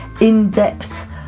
in-depth